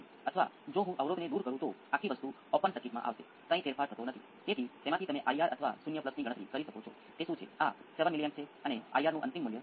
તેથી હું ફક્ત આ બદલી શકું છું મને અહીં સાયનુંસોઈડ્સ મળશે હું અહીં પણ સાયનુંસોઈડ્સ મેળવીશ અને મારે તેને ફેઝ માં એમ્પ્લિટ્યુડ માપવા માટે આ કરવાનું છે જે કરવું પણ ખૂબ મુશ્કેલ નથી